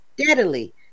steadily